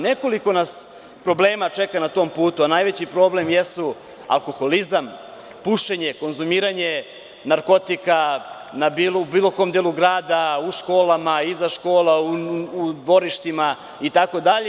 Nekoliko nas problema čeka na tom putu, a najveći problem jesu alkoholizam, pušenje, konzumiranje narkotika u bilo kom delu gradu, u školama, iza škola, u dvorištima itd.